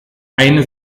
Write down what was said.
eine